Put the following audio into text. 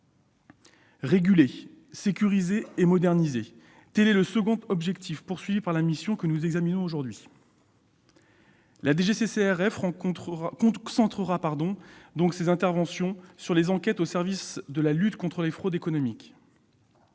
Réguler, sécuriser et moderniser : tel est le second objectif de la mission que nous examinons aujourd'hui. La DGCCRF concentrera donc ses interventions sur les enquêtes au service de la lutte contre les fraudes économiques.